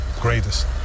greatest